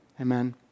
amen